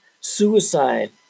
suicide